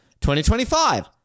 2025